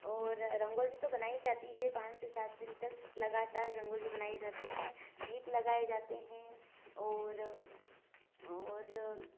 और रंगोली तो बनाई जाती है पाँच से सात दिन तक लगातार रंगोली बनाई जाती है दीप लगाए जाते हैं और और